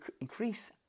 increase